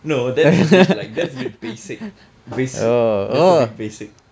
no that is a bit like that is a bit basic ways base~ that's a bit basic